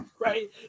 Right